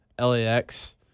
LAX